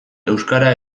euskara